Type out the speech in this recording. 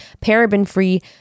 paraben-free